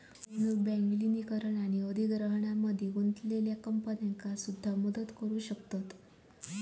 गुंतवणूक बँक विलीनीकरण आणि अधिग्रहणामध्ये गुंतलेल्या कंपन्यांका सुद्धा मदत करू शकतत